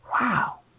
Wow